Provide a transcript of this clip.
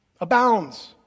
abounds